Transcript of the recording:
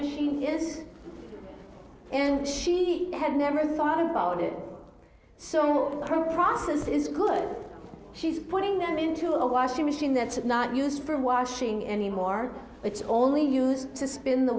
machine years and she had never thought about it so much from process is good she's putting them into a washing machine that's not used for washing anymore it's only used to spin the